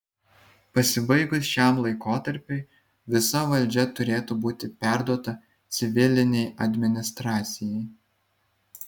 pasibaigus šiam laikotarpiui visa valdžia turėtų būti perduota civilinei administracijai